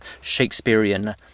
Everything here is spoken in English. Shakespearean